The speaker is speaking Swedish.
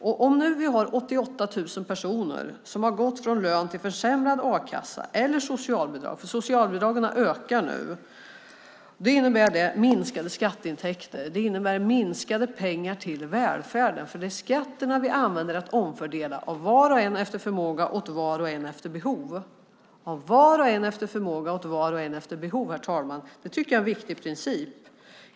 Om vi nu har 88 000 personer som har gått från lön till försämrad a-kassa eller socialbidrag - för socialbidragen ökar nu - innebär det minskade skatteintäkter och minskade pengar till välfärden. Det är skatterna vi använder för att omfördela - av var och en efter förmåga, åt var och en efter behov. Detta tycker jag är en viktig princip, herr talman.